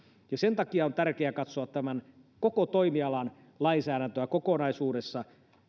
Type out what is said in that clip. sen takia on tärkeää katsoa tämän koko toimialan lainsäädäntöä kokonaisuudessaan